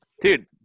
dude